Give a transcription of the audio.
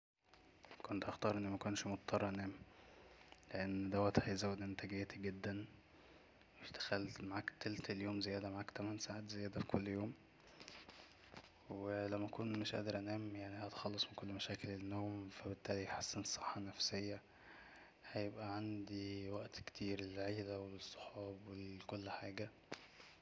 كنت هختار أني مكونش مضطر أنام لأن دوت هيزود انتاجيتي جدا تخيل تبقى معاك تلت اليوم زيادة معاك تمن ساعات زيادة في كل يوم ولما أكون مش قادر أنام هتخلص من كل مشاكل النوم ف بالتالب هيحسن الصحة النفسية هيبقى عنديوقت كتير للعيلة وللصحاب ولكل حاجة